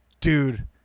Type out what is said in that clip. dude